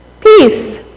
Peace